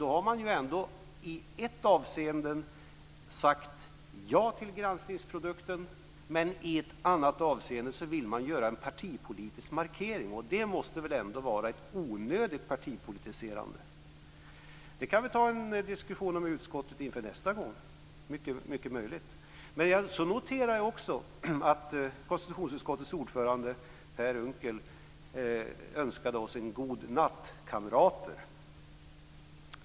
Då har man ju ändå i ett avseende sagt ja till granskningsprodukten, men i ett annat avseende vill man göra en partipolitisk markering. Det måste väl ändå vara ett onödigt partipolitiserande. Det kan vi ta en diskussion om i utskottet inför nästa gång. Det är mycket möjligt. Så noterar jag också att konstitutionsutskottets ordförande Per Unckel önskade oss en god natt - kamrater.